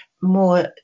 more